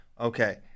Okay